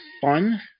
fun